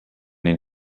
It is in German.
den